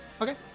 okay